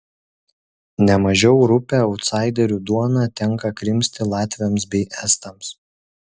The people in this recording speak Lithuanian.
ne mažiau rupią autsaiderių duoną tenka krimsti latviams bei estams